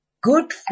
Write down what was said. good